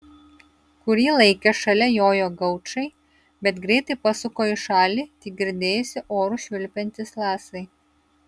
kurį laiką šalia jojo gaučai bet greitai pasuko į šalį tik girdėjosi oru švilpiantys lasai